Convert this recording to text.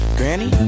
granny